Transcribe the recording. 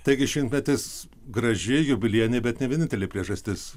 taigi šimtmetis graži jubiliejinė bet ne vienintelė priežastis